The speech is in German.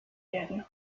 werden